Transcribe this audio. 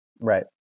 Right